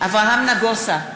אברהם נגוסה,